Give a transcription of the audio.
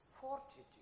fortitude